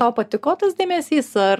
tau patiko tas dėmesys ar